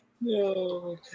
No